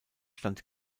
stand